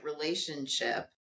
relationship